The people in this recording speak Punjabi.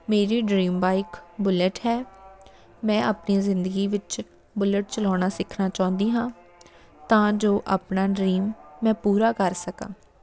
ਮੇਰੀ ਡਰੀਮ ਬਾਈਕ ਬੁਲੇਟ ਹੈ ਮੈਂ ਆਪਣੀ ਜ਼ਿੰਦਗੀ ਵਿੱਚ ਬੁਲਟ ਚਲਾਉਣਾ ਸਿੱਖਣਾ ਚਾਹੁੰਦੀ ਹਾਂ ਤਾਂ ਜੋ ਆਪਣਾ ਡਰੀਮ ਮੈਂ ਪੂਰਾ ਕਰ ਸਕਾਂ